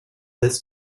this